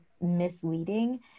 misleading